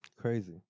Crazy